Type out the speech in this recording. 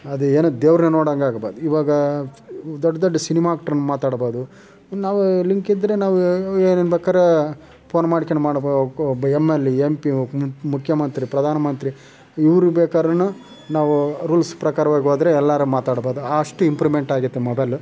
ಅದು ಏನಕ್ಕೆ ದೇವ್ರನ್ನು ನೋಡೋಂಗಾಗಿದೆ ಇವಾಗ ದೊಡ್ಡ ದೊಡ್ಡ ಸಿನೆಮಾ ಆ್ಯಕ್ಟ್ರನ್ನು ಮಾತಾಡ್ಬೋದು ನಾವು ಲಿಂಕಿದ್ರೆ ನಾವು ಇವ್ರನ್ನು ಬೇಕಾರೆ ಪೋನ್ ಮಾಡಿಕೊಂಡು ಮಾಡ್ಬೋ ಕ M L A M P ಮುಖ ಮುಖ್ಯಮಂತ್ರಿ ಪ್ರಧಾನಮಂತ್ರಿ ಇವ್ರನ್ನು ಬೇಕಾದ್ರೂ ನಾವು ರೂಲ್ಸ್ ಪ್ರಕಾರವಾಗಿ ಹೋದ್ರೆ ಎಲ್ಲರೂ ಮಾತಾಡ್ಬೋದು ಅಷ್ಟು ಇಂಪ್ರೂವ್ಮೆಂಟ್ ಆಗೈತೆ ಮೊಬೈಲು